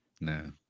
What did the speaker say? No